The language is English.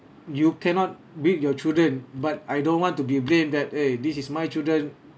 you cannot beat your children but I don't want to be blame that eh this is my children